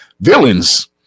Villains